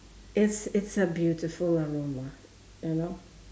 it's it's a beautiful aroma you know